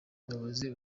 umuyobozi